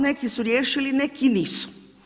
Neki su riješili, neki nisu.